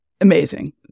amazing